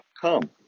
come